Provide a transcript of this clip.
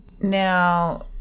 Now